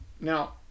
Now